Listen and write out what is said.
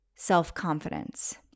self-confidence